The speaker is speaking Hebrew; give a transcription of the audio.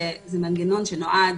שזה מנגנון שנועד